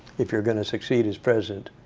if you're going to succeed as president,